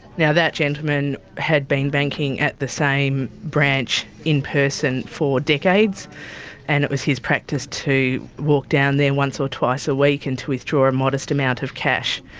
now, that gentleman had been banking at the same branch in person for decades and it was his practice to walk down there once or twice a week and to withdraw a and modest amount of cash.